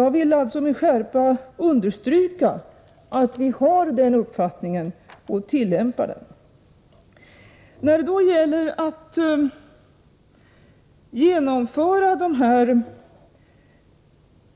Jag vill med skärpa understryka att vi har den uppfattningen och att vi för fram den. Vad beträffar